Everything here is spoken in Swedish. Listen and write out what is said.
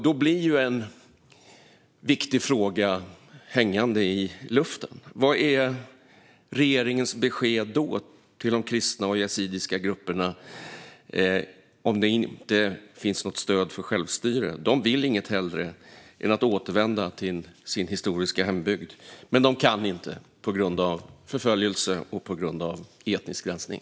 Då blir en viktig fråga hängande i luften: Vad är regeringens besked till de kristna och yazidiska grupperna om det inte finns något stöd för självstyre? De vill inget hellre än att återvända till sin historiska hembygd, men de kan inte på grund av förföljelse och etnisk rensning.